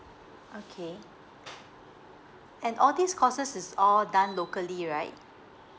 okay and all these courses is all done locally right